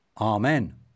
Amen